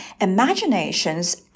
imaginations